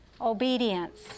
obedience